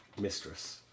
mistress